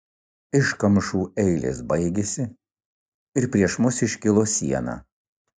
iškamšų eilės baigėsi ir prieš mus iškilo siena